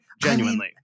Genuinely